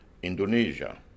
Indonesia